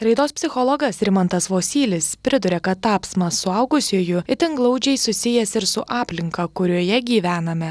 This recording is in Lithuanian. raidos psichologas rimantas vosylis priduria kad tapsmas suaugusiuoju itin glaudžiai susijęs ir su aplinka kurioje gyvename